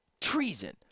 Treason